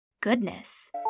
Goodness